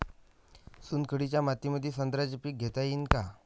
चुनखडीच्या मातीमंदी संत्र्याचे पीक घेता येईन का?